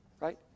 right